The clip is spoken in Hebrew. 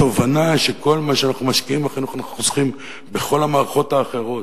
התובנה שכל מה שאנחנו משקיעים בחינוך אנחנו חוסכים בכל המערכות האחרות,